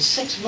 six